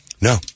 No